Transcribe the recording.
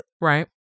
Right